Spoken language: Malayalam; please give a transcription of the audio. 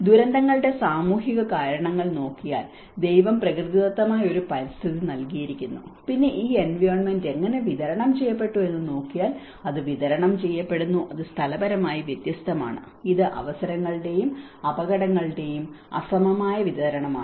ദുരന്തങ്ങളുടെ സാമൂഹ്യകാരണങ്ങൾ നോക്കിയാൽ ദൈവം പ്രകൃതിദത്തമായ ഒരു പരിസ്ഥിതി നൽകിയിരിക്കുന്നു പിന്നെ ഈ എൻവയോണ്മെന്റ് എങ്ങനെ വിതരണം ചെയ്യപ്പെട്ടു എന്ന് നോക്കിയാൽ അത് വിതരണം ചെയ്യപ്പെടുന്നു അത് സ്ഥലപരമായി വ്യത്യസ്തമാണ് ഇത് അവസരങ്ങളുടെയും അപകടങ്ങളുടെയും അസമമായ വിതരണമാണ്